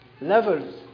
levels